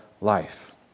life